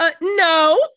no